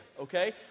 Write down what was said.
Okay